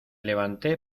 levanté